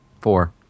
Four